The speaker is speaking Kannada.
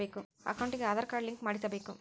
ಅಕೌಂಟಿಗೆ ಆಧಾರ್ ಕಾರ್ಡ್ ಲಿಂಕ್ ಮಾಡಿಸಬೇಕು?